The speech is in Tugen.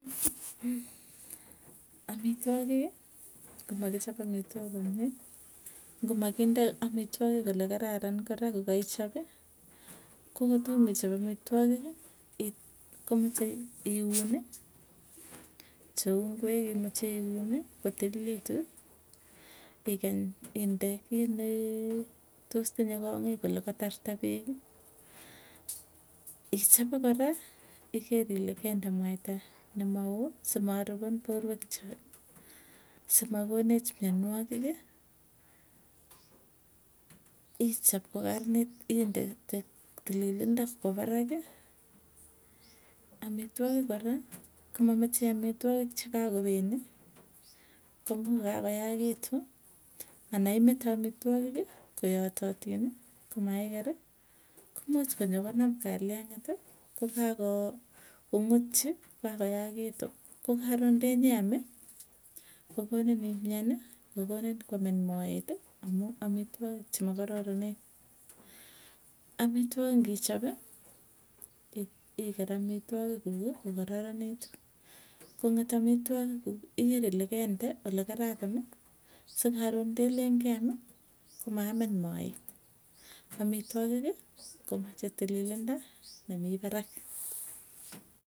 Komakichap amitwok komie, ngomakinde amitwogik ole kararan kora kokaichopi, ko kotomaichap amitwogiki, komeche iun, cheu ngwek imache iuni kotililitu. Ikany indee kiit netinye konyik kole kotarta peeki, ichape koraa iker ile kende mwaita nemaoo sima aripon porwek chu. Simakonech mianwagiki, ichop ko karnit inde, tililindo kwa parakii, amitwogik kora komamache amitwogik kora komamache amitwogik chikakopeni, kumuuch ko kakoyagitu ana imete amitwogik koyototini, komaikeri komuuch konyo konun kaliangi'eti kotoi koo komutchi kokako yakitu, ko karoon ndenyeami, kokonin imiani kokonin kwamin maeti, amuu amitwokik chemokararanen, amitwogik ngichopi i iker amitwogik kuuki, kokararanit, kong'et amitwogik kuuk iker olekende ole kararani, sikaron kelen keam komamin maet. Amitwogiiki ko chetilileni nemi parak.